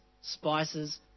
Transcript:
spices